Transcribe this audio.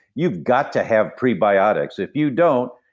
you've got to have prebiotics. if you don't,